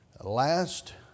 last